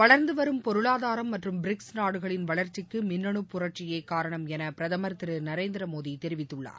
வளர்ந்து வரும் பொருளாதாரம் மற்றும் பிரிக்ஸ் நாடுகளின் வளர்ச்சிக்கு மின்னனு புரட்சியே காரணம் என பிரதமர் திரு நரேந்திரமோதி தெரிவித்துள்ளார்